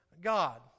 God